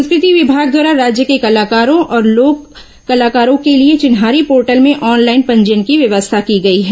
संस्कृति विभाग द्वारा राज्य के कलाकारों और लोक कलाकारों के लिए चिन्हारी पोर्टल में ऑनलाइन पंजीयन की व्यवस्था की गई है